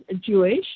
Jewish